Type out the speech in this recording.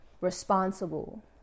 responsible